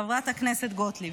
חברת הכנסת גוטליב.